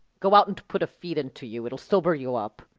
go out and put a feed into you. it'll sober you up.